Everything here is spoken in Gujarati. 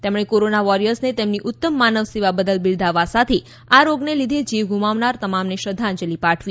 તેમણે કોરોના વોરિયર્સને તેમની ઉત્તમ માનવ સેવા બદલ બિરદાવવા સાથે આ રોગને લીધે જીવ ગુમાવનાર તમામને શ્રંધ્ધાજલી પાઠવી